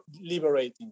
liberating